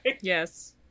Yes